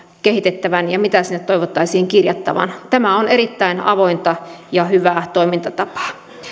kehitettävän ja mitä sinne toivottaisiin kirjattavan tämä on erittäin avointa ja hyvää toimintatapaa